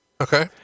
Okay